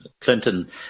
Clinton